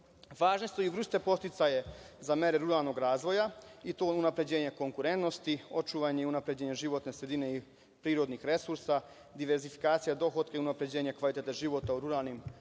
Važne su i vrste podsticaja za mere ruralnog razvoja, i to: unapređenje konkurentnosti, očuvanje i unapređenje životne sredine i prirodnih resursa, diverzifikacija dohotka i unapređenje kvaliteta života u ruralnim područjima,